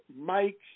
Mike